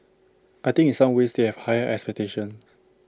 I think in some ways they have higher expectations